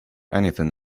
anything